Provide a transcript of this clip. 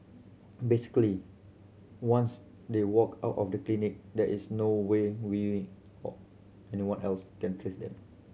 basically once they walk out of the clinic there is no way we or anyone else can trace them